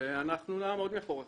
אנחנו נעמוד מאחוריכם.